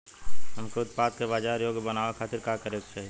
हमके उत्पाद के बाजार योग्य बनावे खातिर का करे के चाहीं?